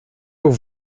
aux